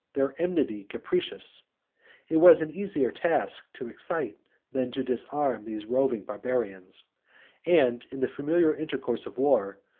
their enmity capricious it was an easier task to excite than to disarm these roving barbarians and, in the familiar intercourse of war,